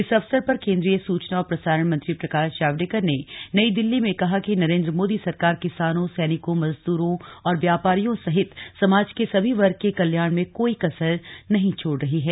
इस अवसर पर केन्द्रीय सूचना और प्रसारण मंत्री प्रकाश जावडेकर ने नई दिल्ली में कहा कि नरेन्द्र मोदी सरकार किसानों सैनिकों मजदूरों और व्यापारियों सहित समाज के सभी वर्ग के कल्याण में कोई कसर नहीं छोड़ रही है